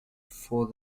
for